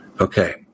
Okay